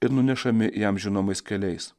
ir nunešami jam žinomais keliais